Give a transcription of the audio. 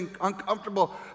uncomfortable